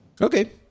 Okay